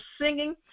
singing